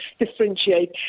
differentiate